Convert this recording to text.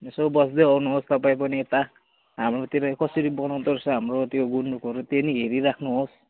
यसो बस्दै आउनुहोस् तपाईँ पनि यता हाम्रोतिर कसरी बनाउँदो रहेछ हाम्रो त्यो गुन्द्रुकहरू त्यो पनि हेरी राख्नुहोस्